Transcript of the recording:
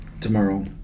tomorrow